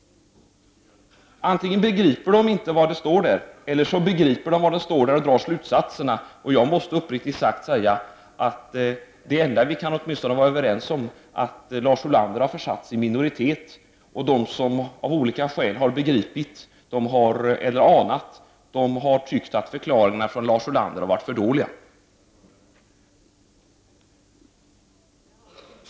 Antingen begriper de inte vad som sägs i motionen eller också begriper de vad där står och drar slutsatserna. Jag måste uppriktigt säga att det enda vi kan vara överens om är att Lars Ulander har försatt sig i minoritet, och de som av olika skäl har begripit eller anat har tyckt att förklaringarna från Lars Ulander har varit för dåliga.